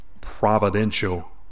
providential